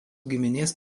giminės